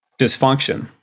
dysfunction